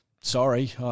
Sorry